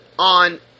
on